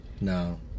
No